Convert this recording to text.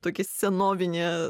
tokį senovinį